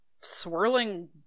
swirling